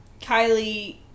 Kylie